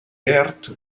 heart